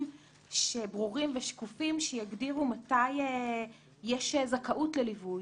ברורים ושקופים שיגדירו מתי יש זכאות לליווי.